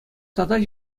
тата